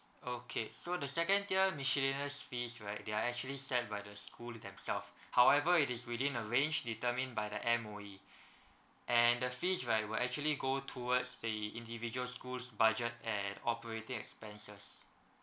okay so the second tier miscellaneous fees right they are actually set by the school themselves however it is within the range determined by the M_O_E and the fees right will actually go towards the individual schools' budget and operating expenses